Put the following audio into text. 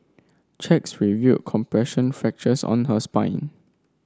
checks review compression fractures on her spine